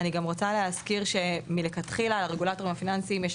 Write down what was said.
אני גם רוצה להזכיר שמלכתחילה לרגולטורים הפיננסים יש